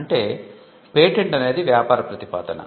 అంటే పేటెంట్ అనేది వ్యాపార ప్రతిపాదన